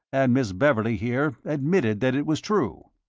and miss beverley, here, admitted that it was true.